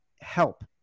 help